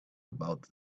about